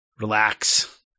relax